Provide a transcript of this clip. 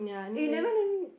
eh you never let me